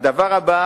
הדבר הבא